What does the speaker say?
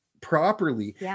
properly